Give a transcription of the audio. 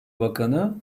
bakanı